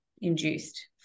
induced